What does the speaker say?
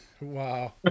Wow